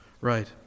right